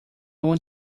want